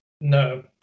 No